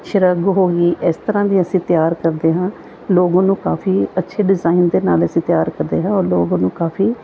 ਸ਼ਰੁਗ ਹੋ ਗਈ ਇਸ ਤਰ੍ਹਾਂ ਦੀ ਅਸੀਂ ਤਿਆਰ ਕਰਦੇ ਹਾਂ ਲੋਕ ਉਹਨੂੰ ਕਾਫ਼ੀ ਅੱਛੇ ਡਿਜ਼ਾਇਨ ਦੇ ਨਾਲ ਅਸੀਂ ਤਿਆਰ ਕਰਦੇ ਹਾਂ ਔਰ ਲੋਕ ਉਹਨੂੰ ਕਾਫ਼ੀ